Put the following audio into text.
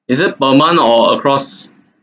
is it per month or across